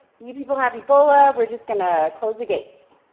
you people have ebola, we're just gonna close the gates.